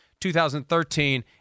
2013